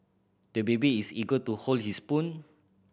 the baby is eager to hold his spoon